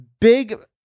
Big